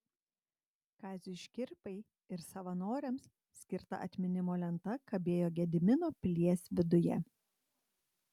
kaziui škirpai ir savanoriams skirta atminimo lenta kabėjo gedimino pilies viduje